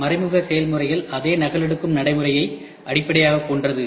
மறைமுக செயல்முறைகள் அதே நகலெடுக்கும் நடைமுறையை அடிப்படையாகக் கொண்டது